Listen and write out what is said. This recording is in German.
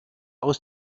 aus